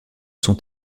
sont